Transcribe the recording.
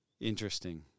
interesting